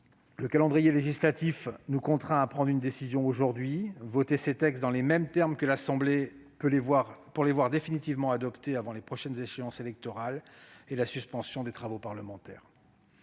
Le calendrier législatif nous contraint à prendre une décision aujourd'hui : voter ces textes dans les mêmes termes que l'Assemblée nationale pour les voir définitivement adoptés avant les prochaines échéances électorales et la suspension des travaux parlementaires.